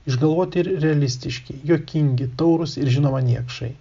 išgalvoti ir realistiški juokingi taurūs ir žinoma niekšai